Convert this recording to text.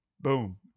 Boom